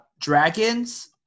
dragons